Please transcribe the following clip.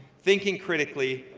thinking critically,